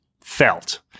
felt